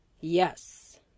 yes